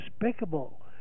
despicable